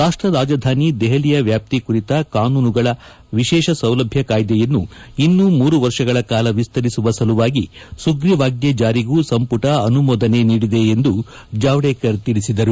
ರಾಷ್ಲ ರಾಜಧಾನಿ ದೆಹಲಿಯ ವ್ಲಾಪ್ತಿ ಕುರಿತ ಕಾನೂನುಗಳ ವಿಶೇಷ ಸೌಲಭ್ಲ ಕಾಯ್ಸೆಯನ್ನು ಇನ್ನೂ ಮೂರು ವರ್ಷಗಳ ಕಾಲ ವಿಸ್ತರಿಸುವ ಸಲುವಾಗಿ ಸುಗ್ರೀವಾಜ್ಞೆ ಜಾರಿಗೂ ಸಂಪುಟ ಅನುಮೋದನೆ ನೀಡಿದೆ ಎಂದು ಜಾವಡೇಕರ್ ತಿಳಿಸಿದರು